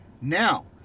Now